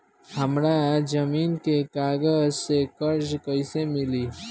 हमरा जमीन के कागज से कर्जा कैसे मिली?